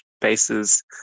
bases